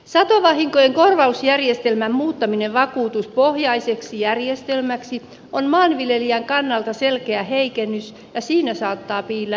satovahinkojen korvausjärjestelmän muuttaminen vakuutuspohjaiseksi järjestelmäksi on maanviljelijän kannalta selkeä heikennys ja siinä saattaa piillä iso riski